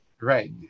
right